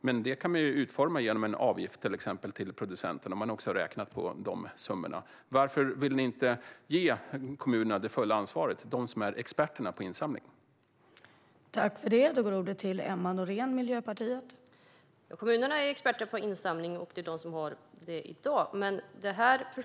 Men det kan man utforma genom till exempel en avgift för producenterna, där man har räknat på de summorna. Varför vill ni inte ge kommunerna, som är experter på insamling, det fulla ansvaret?